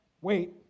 wait